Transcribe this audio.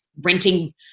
renting